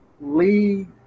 Lee